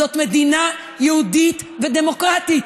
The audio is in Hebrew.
זאת מדינה יהודית ודמוקרטית,